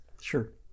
Sure